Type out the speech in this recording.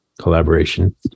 collaboration